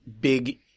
big